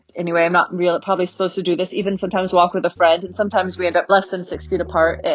anyway, i'm not real probably supposed to do this even sometimes walk with a friend, and sometimes, we end up less than six feet apart,